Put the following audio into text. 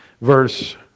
verse